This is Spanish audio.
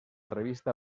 revista